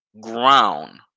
ground